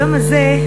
היום הזה,